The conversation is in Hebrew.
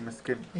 אני מסכים.